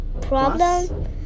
problem